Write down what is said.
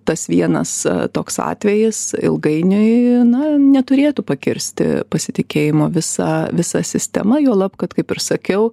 tas vienas toks atvejis ilgainiui na neturėtų pakirsti pasitikėjimo visa visa sistema juolab kad kaip ir sakiau